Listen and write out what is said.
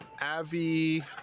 Avi